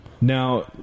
now